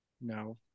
no